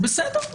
בסדר.